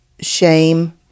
shame